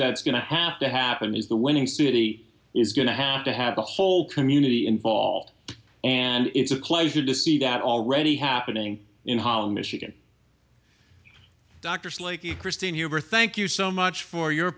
that's going to have to happen is the winning city is going to have to have a whole community involved and it's a closure to see that already happening in holland michigan doctors like you christine here thank you so much for your